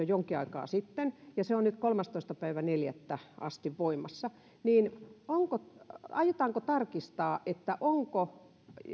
jonkin aikaa sitten ja se on nyt kolmastoista neljättä asti voimassa niin aiotaanko tarkistaa onko